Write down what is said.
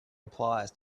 applies